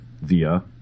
via